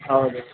ಹೌದು